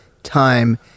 Time